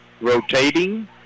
Rotating